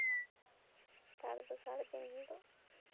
ᱛᱟᱨ ᱫᱚᱥᱟᱨ ᱫᱤᱱ ᱦᱤᱞᱳᱜ